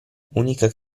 unica